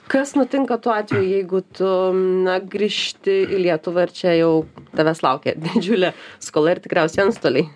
kas nutinka tuo atveju jeigu tu na grįžti į lietuvą ir čia jau tavęs laukia didžiulė skola ir tikriausiai antstoliai